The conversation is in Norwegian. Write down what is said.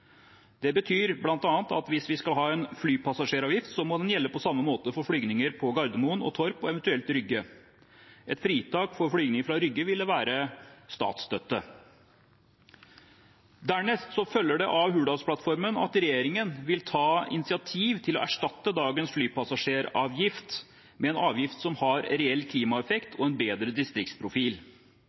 Det betyr bl.a. at hvis vi skal ha en flypassasjeravgift, må den gjelde på samme måte for flygninger på Gardermoen, Torp og eventuelt Rygge. Et fritak for flygninger fra Rygge ville være statsstøtte. Dernest følger det av Hurdalsplattformen at regjeringen vil ta initiativ til å erstatte dagens flypassasjeravgift med en avgift som har reell klimaeffekt og en bedre distriktsprofil.